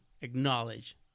acknowledge